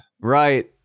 Right